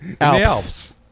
Alps